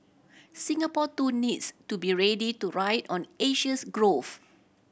Singapore too needs to be ready to ride on Asia's growth